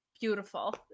Beautiful